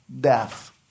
death